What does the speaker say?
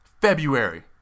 February